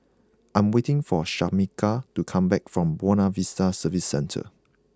I am waiting for Shamika to come back from Buona Vista Service Centre